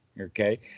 Okay